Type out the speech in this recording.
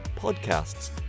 podcasts